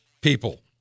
people